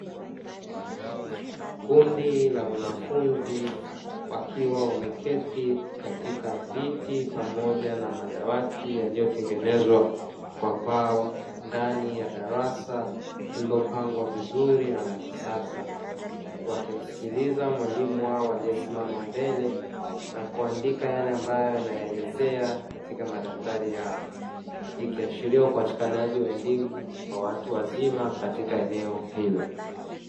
Kundi la wanafunzi wakiwa wameketi katika viti pamoja na madawati yaliyotengenezwa kwa mbao ndani ya darasa lililopangwa vizuri na la kisasa, wakimsikilza mwalimu wao aliyesimama mbele na kuandika yale ambayo anawaelezea katika madaftari yao, ikiashiria upatikanaji wa elimu kwa watu wazima katika eneo hilo.